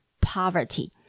poverty